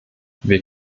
wir